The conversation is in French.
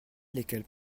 lesquelles